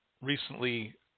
recently